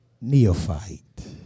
neophyte